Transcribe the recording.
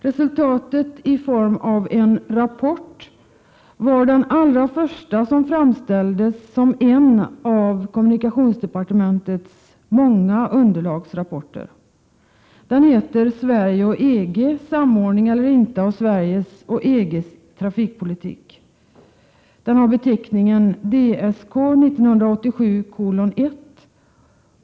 Resultatet, i form av en rapport, var den allra första rapport som framställdes som en av kommunikationsdepartementets många underlagsrapporter. Den heter Sverige och EG — samordning eller inte av Sveriges och EG:s trafikpolitik, och den har beteckningen Ds K 1987:1.